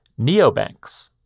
neobanks